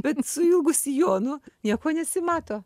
bet su ilgu sijonu nieko nesimato